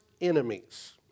enemies